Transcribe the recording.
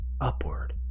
upward